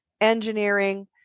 engineering